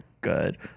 good